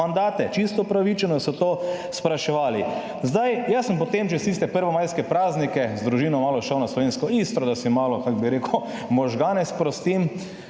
mandate. Čisto upravičeno so to spraševali. Zdaj, jaz sem potem čez tiste prvomajske praznike z družino malo šel na slovensko Istro, da si malo, kako bi rekel, možgane sprostim